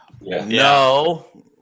No